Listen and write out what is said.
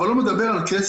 אבל לא מדבר על כסף,